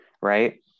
right